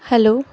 hello